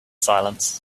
silence